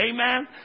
amen